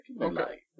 Okay